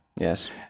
Yes